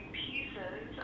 pieces